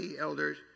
elders